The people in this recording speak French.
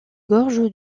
gorges